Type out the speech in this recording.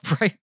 right